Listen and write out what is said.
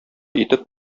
итеп